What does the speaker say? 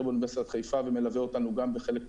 באוניברסיטת חיפה ומלווה אותנו גם בחלק מהנושאים,